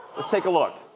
let's take a look.